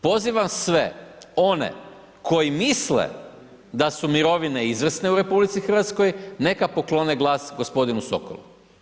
Pozivam sve one koji misle da su mirovine izvrsne u RH, neka poklone glas g. Sokolu.